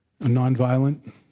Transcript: nonviolent